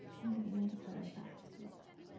and then beginning to play with that just a little bit.